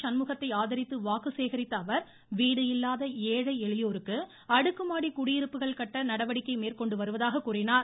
சண்முகத்தை ஆதரித்து வாக்கு சேகரித்த அவர் வீடு இல்லாத ஏழை எளியோருக்கு அடுக்குமாடி குடியிருப்புகள் கட்ட நடவடிக்கை மேற்கொண்டு வருவதாக கூறினார்